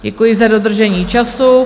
Děkuji za dodržení času.